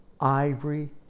ivory